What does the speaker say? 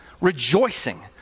Rejoicing